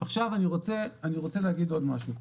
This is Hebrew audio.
עכשיו אני רוצה להגיד עוד משהו.